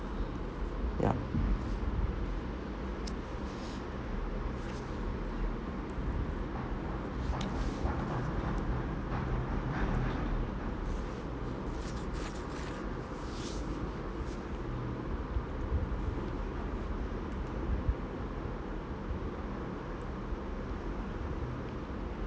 ya